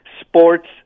sports